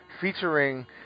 featuring